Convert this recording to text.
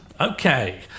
Okay